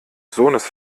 sohnes